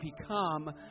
become